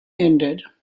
ended